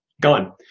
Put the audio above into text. gone